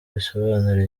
bisobanura